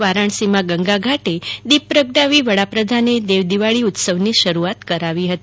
વારાણસીમાં ગંઘા ઘટે દીપ પ્રગટાવી પ્રધાનમંત્રીએ દેવ દિવાળી ઉત્સવની શરૂઆત કરાવી હતી